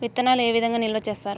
విత్తనాలు ఏ విధంగా నిల్వ చేస్తారు?